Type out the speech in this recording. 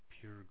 pure